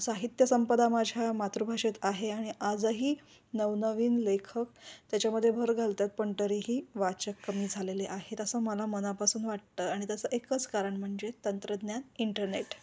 साहित्य संपदा माझ्या मातृभाषेत आहे आणि आजही नवनवीन लेखक त्याच्यामदे भर घालतात पण तरीही वाचक कमी झालेले आहेत असं मला मनापासून वाटतं आणि तसं एकच कारण म्हणजे तंत्रज्ञान इंटरनेट